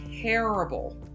terrible